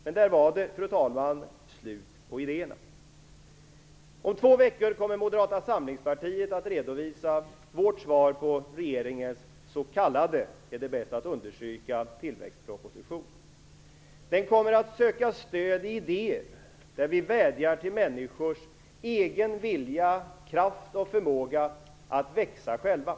Men där var det, fru talman, slut på idéerna. Om två veckor kommer Moderata samlingspartiet att redovisa sitt svar på regeringens s.k. - det är bäst att understryka det - tillväxtproposition. Vi kommer där att söka stöd i idéer om att vädja till människors egen vilja, kraft och förmåga att växa själva.